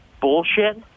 bullshit